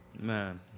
man